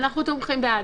אנחנו תומכים, בעד.